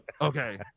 okay